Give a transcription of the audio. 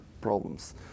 problems